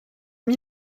mis